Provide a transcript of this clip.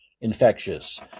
infectious